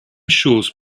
chose